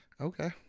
Okay